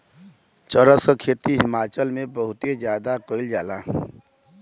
चरस क खेती हिमाचल में बहुते जादा कइल जाला